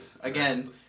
Again